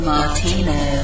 Martino